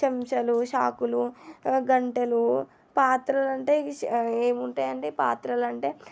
చంచాలు చాకులు గంటెలు పాత్రలంటే ఇక ఏముంటాయండి పాత్రలు అంటే